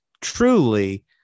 truly